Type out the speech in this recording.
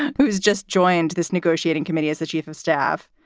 who's just joined this negotiating committee as the chief of staff.